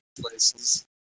places